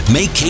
Make